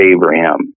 Abraham